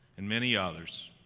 and many others,